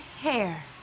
hair